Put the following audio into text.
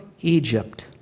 Egypt